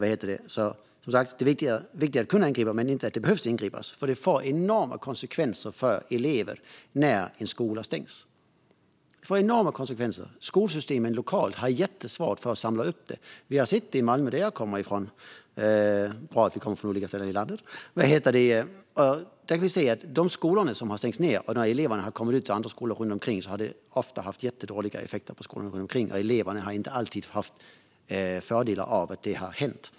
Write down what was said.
Det är viktigt att vi kan ingripa men också att vi inte behöver ingripa, för det får enorma konsekvenser för eleverna när en skola stängs. Det får enorma konsekvenser. Det lokala skolsystemet har jättesvårt att samla upp det. Det här har vi sett lokalt i Malmö, där jag kommer ifrån. Det är bra att vi kommer från olika ställen i landet. Där har vi sett att när skolor stängts och de eleverna kommit ut på andra skolor runt omkring har det ofta haft jättedåliga effekter på de skolorna, och eleverna har inte alltid haft fördelar av att det hänt.